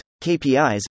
KPIs